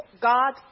God